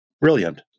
brilliant